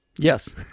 Yes